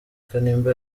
kanimba